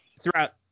throughout